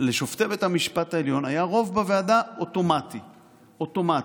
לשופטי בית המשפט העליון היה רוב אוטומטי בוועדה,